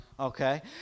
Okay